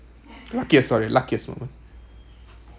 luckiest sorry luckiest moment